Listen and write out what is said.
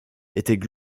étaient